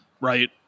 right